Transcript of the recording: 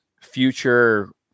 future